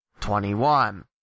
21